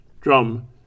drum